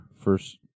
First